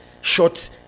shot